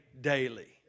daily